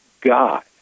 God